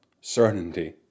certainty